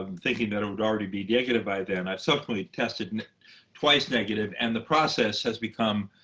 um thinking that it would already be negative by then. i've subsequently tested twice negative. and the process has become